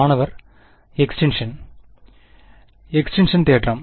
மாணவர்எக்ஸ்டிங்க்ஷன் எக்ஸ்டிங்க்ஷன்தேற்றம்